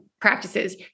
practices